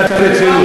נחשבת.